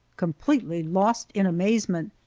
completely lost in amazement,